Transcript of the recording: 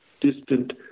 Distant